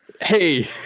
hey